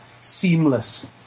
seamless